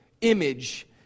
image